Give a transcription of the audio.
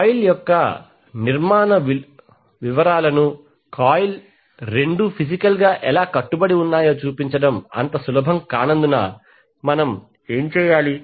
coil యొక్క నిర్మాణ వివరాలను కాయిల్ రెండూ ఫిజికల్ గా ఎలా కట్టుబడి ఉన్నాయో చూపించడం అంత సులభం కానందున మనం ఏమి చేయాలి